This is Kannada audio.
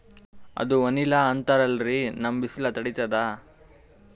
ಅದು ವನಿಲಾ ಏನೋ ಅಂತಾರಲ್ರೀ, ನಮ್ ಬಿಸಿಲ ತಡೀತದಾ?